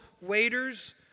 waiters